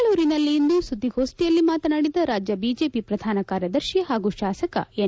ಬೆಂಗಳೂರಿನಲ್ಲಿಂದು ಸುದ್ದಗೋಷ್ಠಿಯಲ್ಲಿ ಮಾತನಾಡಿದ ರಾಜ್ಯ ಬಿಜೆಪಿ ಪ್ರಧಾನ ಕಾರ್ಯದರ್ಹಿ ಪಾಗೂ ಶಾಸಕ ಎನ್